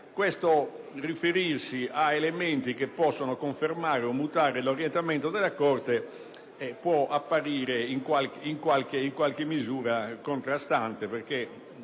Il riferirsi ad elementi che possono confermare o mutare l'orientamento della Corte può apparire in qualche misura contraddittorio, perché